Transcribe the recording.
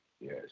yes